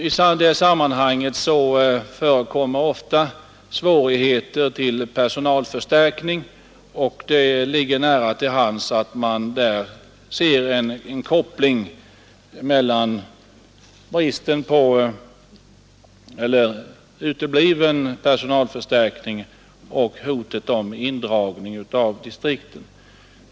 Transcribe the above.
I det sammanhanget förekommer ofta svårigheter när det gäller personalförstärkning, och det ligger nära till hands att man där ser en koppling mellan utebliven personalförstärkning och hotet om indragning av distriktet.